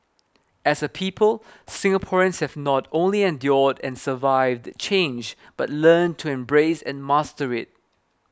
as a people Singaporeans have not only endured and survived change but learned to embrace and master it